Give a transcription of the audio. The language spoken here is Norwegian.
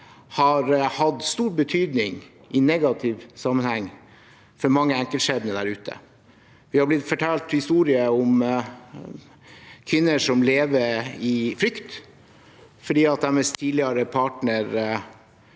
har hatt stor betydning i negativ sammenheng for mange enkeltskjebner der ute. Vi har blitt fortalt historier om kvinner som lever i frykt for at deres tidligere partner